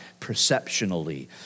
perceptionally